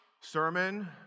sermon